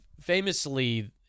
famously